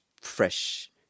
fresh